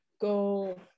go